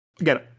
Again